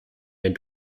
wenn